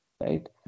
right